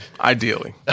Ideally